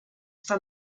for